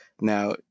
Now